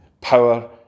power